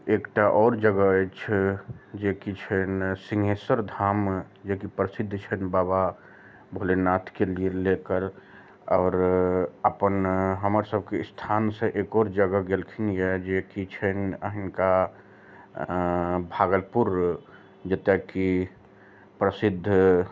एकटा आओर जगह अछि जेकि छै सिंहेसर धाम जेकि प्रसिद्ध छनि बाबा भोलेनाथके लिए लेकर आओर अपन हमर सबके स्थानसे एक आओर जगह गेलखिन यए जेकि छै हिनका भागलपुर जतए की प्रसिद्ध